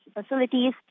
facilities